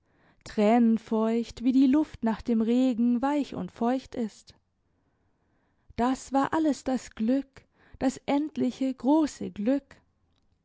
tränenfeucht wie die luft nach dem regen weich und feucht ist das war alles das glück das endliche grosse glück